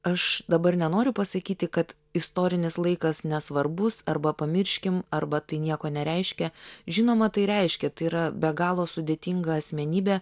aš dabar nenoriu pasakyti kad istorinis laikas nesvarbus arba pamirškim arba tai nieko nereiškia žinoma tai reiškia tai yra be galo sudėtinga asmenybė